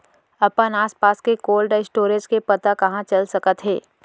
अपन आसपास के कोल्ड स्टोरेज के पता कहाँ चल सकत हे?